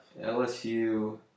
LSU